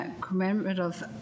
commemorative